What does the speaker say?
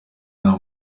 nta